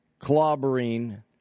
clobbering